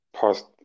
past